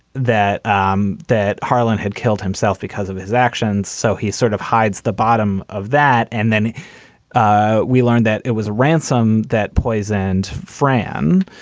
that um that harlan had killed himself because of his actions. so he sort of hides the bottom of that. and then ah we learned that it was a ransom that poisoned fran,